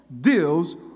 deals